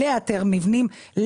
לאתר מבנים,